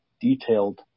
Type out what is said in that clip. detailed